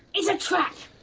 it's a trap.